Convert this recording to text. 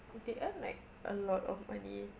they earn like a lot of money